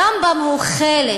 הרמב"ם הוא חלק